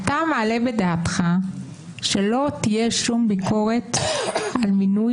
אתה מעלה בדעתך שלא תהיה שום ביקורת על מינוי